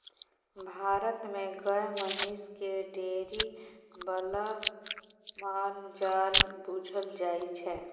भारत मे गाए महिष केँ डेयरी बला माल जाल बुझल जाइ छै